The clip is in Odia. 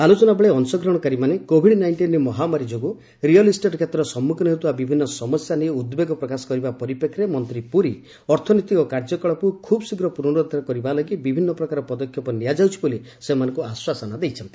ଆଲୋଚନାବେଳେ ଅଂଶଗ୍ରହଣକାରୀମାନେ କୋଭିଡ୍ ନାଇଷ୍ଟିନ୍ ମହାମାରୀ ଯୋଗୁଁ ରିୟଲ ଇଷ୍ଟେଟ୍ କ୍ଷେତ୍ର ସମ୍ମୁଖୀନ ହେଉଥିବା ବିଭିନ୍ନ ସମସ୍ୟା ନେଇ ଉଦ୍ବେଗ ପ୍ରକାଶ କରିବା ପରିପ୍ରେକ୍ଷୀରେ ମନ୍ତ୍ରୀ ପୁରୀ ଅର୍ଥନୈତିକ କାର୍ଯ୍ୟକଳାପକୁ ଖୁବ୍ଶୀଘ୍ର ପୁନରୁଦ୍ଧାର କରିବା ଲାଗି ବିଭିନ୍ନ ପ୍ରକାର ପଦକ୍ଷେପ ନିଆଯାଉଛି ବୋଲି ସେମାନଙ୍କୁ ଆଶ୍ୱାସନା ଦେଇଛନ୍ତି